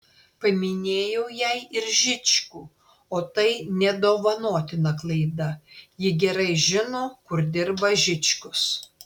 paminėjau jai ir žičkų o tai nedovanotina klaida ji gerai žino kur dirba žičkus